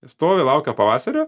stovi laukia pavasario